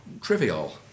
trivial